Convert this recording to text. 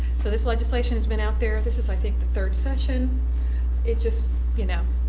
so this legislation has been out there. this is i think the third session it just you know